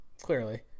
Clearly